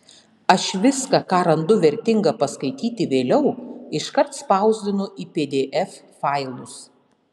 aš viską ką randu vertinga paskaityti vėliau iškart spausdinu į pdf failus